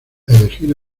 elegir